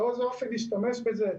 באיזה אופן להשתמש בזה,